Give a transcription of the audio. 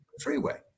freeway